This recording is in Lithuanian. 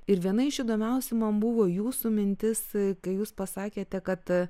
ir viena iš įdomiausių man buvo jūsų mintis kai jūs pasakėte kad